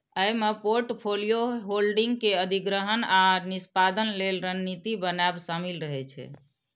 अय मे portfolio holding के अधिग्रहण आ निष्पादन लेल रणनीति बनाएब शामिल रहे छै